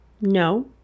No